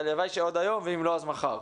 הלוואי שעוד היום ואם לא מחר.